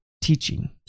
Teaching